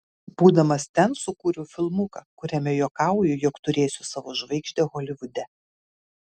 būdamas ten sukūriau filmuką kuriame juokauju jog turėsiu savo žvaigždę holivude